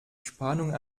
spannung